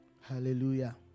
Hallelujah